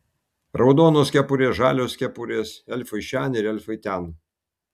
raudonos kepurės žalios kepurės elfai šen ir elfai ten